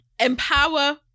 empower